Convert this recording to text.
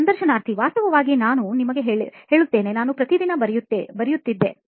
ಸಂದರ್ಶನಾರ್ಥಿ ವಾಸ್ತವವಾಗಿ ನಾನು ನಿಮಗೆ ಹೇಳುತ್ತೇನೆ ನಾನು ಪ್ರತಿದಿನ ಬರೆಯುತ್ತಿದ್ದೆ